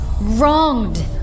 wronged